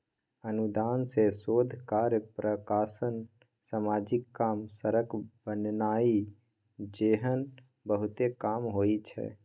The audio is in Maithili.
अनुदान सँ शोध कार्य, प्रकाशन, समाजिक काम, सड़क बनेनाइ जेहन बहुते काम होइ छै